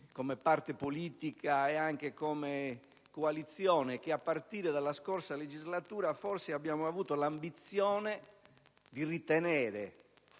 come parte politica e anche come coalizione, che, a partire dalla scorsa legislatura, forse abbiamo avuto l'ambizione di ritenere